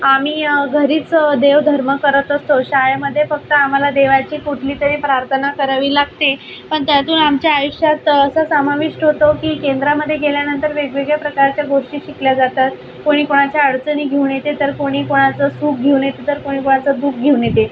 आम्ही घरीच देवधर्म करत असतो शाळेमध्ये फक्त आम्हाला देवाची कुठली तरी प्रार्थना करावी लागते पण त्यातून आमच्या आयुष्यात असा समाविश्ट होतो की केंद्रामध्ये गेल्यानंतर वेगवेगळ्या प्रकारच्या गोष्टी शिकल्या जातात कोणी कोणाच्या अडचणी घेऊन येते तर कोणी कोणाचं सुख घेऊन येतं तर कोणी कोणाचं दुःख घेऊन येते